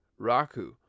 Raku